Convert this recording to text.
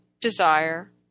desire